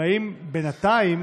האם בינתיים,